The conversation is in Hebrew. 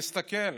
תסתכל,